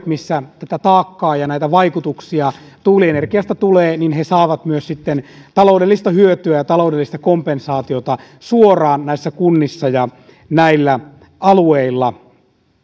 missä tätä taakkaa ja näitä vaikutuksia tuulienergiasta tulee saavat sitten myös taloudellista hyötyä ja taloudellista kompensaatiota suoraan näissä kunnissa ja näillä alueilla